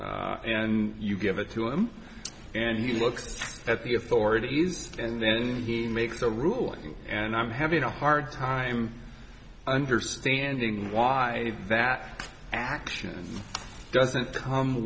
this and you give it to him and he looks at the authority and then he makes the ruling and i'm having a hard time understanding why that action doesn't come